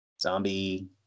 Zombie